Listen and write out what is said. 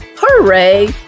hooray